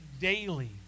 daily